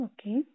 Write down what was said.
Okay